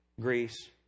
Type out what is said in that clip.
Greece